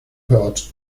hurt